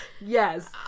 Yes